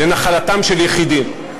לנחלתם של יחידים.